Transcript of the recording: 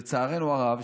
לצערנו הרב,